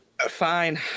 Fine